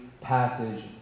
passage